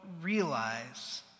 realize